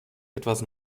etwas